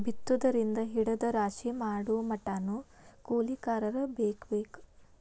ಬಿತ್ತುದರಿಂದ ಹಿಡದ ರಾಶಿ ಮಾಡುಮಟಾನು ಕೂಲಿಕಾರರ ಬೇಕ ಬೇಕ